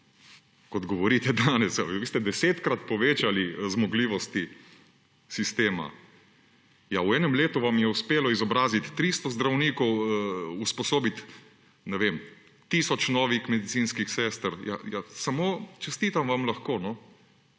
kot govorite danes, da ste desetkrat povečali zmogljivosti sistema. Ja, v enem letu vam je uspelo izobraziti 300 zdravnikov, usposobiti, ne vem, tisoč novih medicinskih sester. Ja, samo čestitam vam lahko,